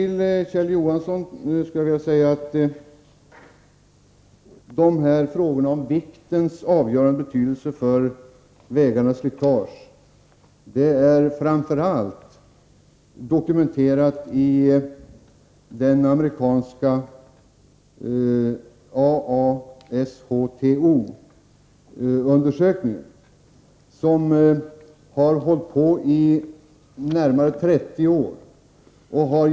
Till Kjell Johansson vill jag säga att frågan om fordonsviktens avgörande betydelse för körslitaget på vägarna har dokumenterats i en undersökning utförd av AASHTO, American Association of State Highway and Transportation Officials, som har hållit på i närmare 30 år.